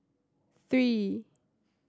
three